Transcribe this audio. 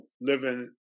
living